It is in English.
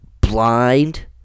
blind